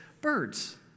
birds